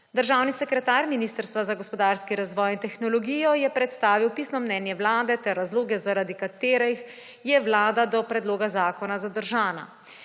Državni sekretar Ministrstva za gospodarski razvoj in tehnologijo je predstavil pisno mnenje Vlade ter razloge, zaradi katerih je Vlada do predloga zakona zadržana.